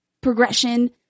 progression